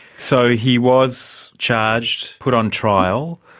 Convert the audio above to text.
so he was charged, put on trial?